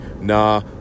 nah